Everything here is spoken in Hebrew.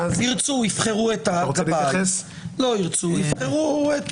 ירצו יבחרו את הגבאי, לא ירצו יבחרו את